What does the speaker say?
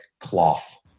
cloth